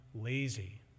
lazy